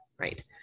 right